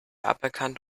aberkannt